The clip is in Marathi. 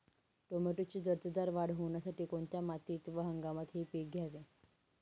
टोमॅटोची दर्जेदार वाढ होण्यासाठी कोणत्या मातीत व हंगामात हे पीक घ्यावे?